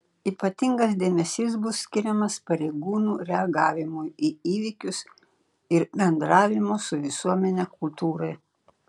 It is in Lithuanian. ypatingas dėmesys bus skiriamas pareigūnų reagavimui į įvykius ir bendravimo su visuomene kultūrai